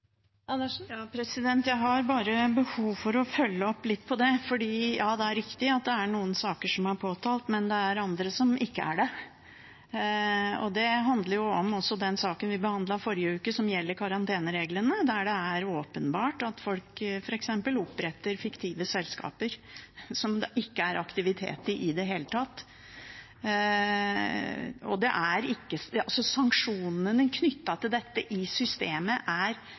riktig at det er noen saker som er påtalt, men det er andre som ikke er det. Det handler også om den saken vi behandlet i forrige uke som gjaldt karantenereglene, der det er åpenbart at folk f.eks. oppretter fiktive selskaper der det ikke er aktivitet i det hele tatt. Sanksjonene knyttet til dette i systemet er veldig svake, og det er helt urimelig at det skal være svakere sanksjoner for dette enn for feilutbetalinger fra Nav. Det er